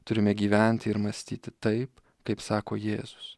turime gyventi ir mąstyti taip kaip sako jėzus